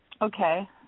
Okay